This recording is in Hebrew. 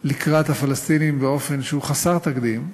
לקראת הפלסטינים באופן שהוא חסר תקדים.